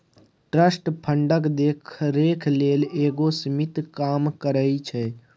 trust फंडक देखरेख लेल एगो समिति काम करइ छै